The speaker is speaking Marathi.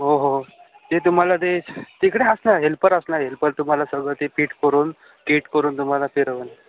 हो हो ते तुम्हाला ते तिकडे असणार हेल्पर असणार हेल्पर तुम्हाला सगळं ते पीठ करून टीट करून तुम्हाला फिरवल